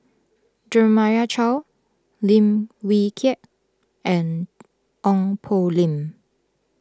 Jeremiah Choy Lim Wee Kiak and Ong Poh Lim